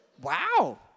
wow